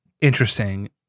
interesting